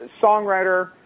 songwriter